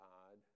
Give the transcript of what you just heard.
God